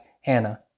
Hannah